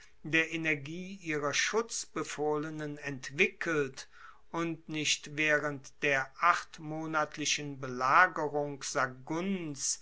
der energie ihrer schutzbefohlenen entwickelt und nicht waehrend der achtmonatlichen belagerung